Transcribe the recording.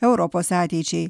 europos ateičiai